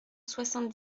soixante